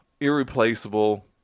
irreplaceable